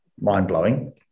mind-blowing